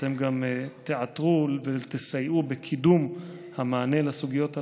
ואתם גם תיעתרו ותסייעו בקידום המענה לסוגיות הללו.